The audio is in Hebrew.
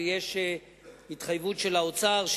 ויש התחייבות של האוצר,